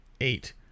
eight